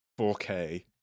4K